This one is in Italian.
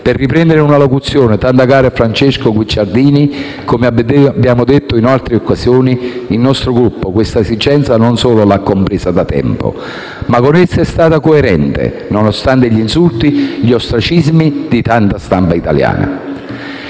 Per riprendere una locuzione tanto cara a Francesco Guicciardini, come abbiamo detto in altre occasioni, il nostro Gruppo quest'esigenza non solo l'ha compresa da tempo, ma con essa è stato coerente, nonostante gli insulti e gli ostracismi di tanta stampa italiana.